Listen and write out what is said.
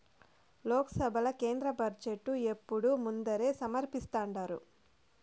లోక్సభల కేంద్ర బడ్జెటు ఎప్పుడూ ముందరే సమర్పిస్థాండారు